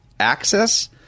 Access